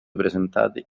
presentati